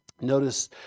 Notice